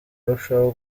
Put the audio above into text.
arushaho